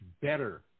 better